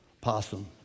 possum